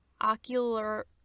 Ocular